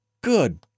Good